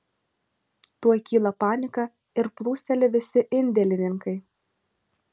tuoj kyla panika ir plūsteli visi indėlininkai